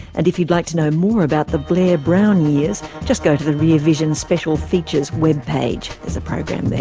and if you'd like to know more about the blair-brown years, just go to the rear vision special features web page, there's a program there.